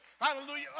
Hallelujah